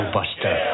Buster